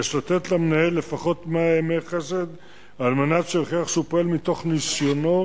יש לתת למנהל לפחות מאה ימי חסד כדי שיוכיח שהוא פועל מתוך ניסיונו